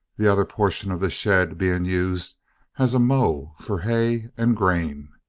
the other portion of the shed being used as a mow for hay and grain.